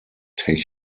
eine